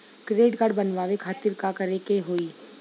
Credit card बनवावे खातिर का करे के होई?